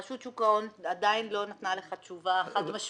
רשות שוק ההון עדיין לא נתנה לך תשובה חד-משמעית.